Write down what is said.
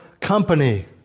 company